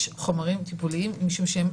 יש חומרים טיפוליים משום שהם